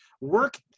work